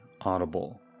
Audible